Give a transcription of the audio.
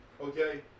Okay